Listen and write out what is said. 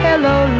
Hello